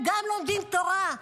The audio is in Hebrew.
הם גם לומדים תורה,